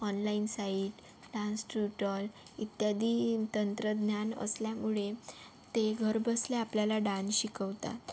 online site dance ट्रुटॉल इत्यादी तंत्रज्ञान असल्यामुळे ते घर बसल्या आपल्याला डान्स शिकवतात